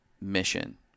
mission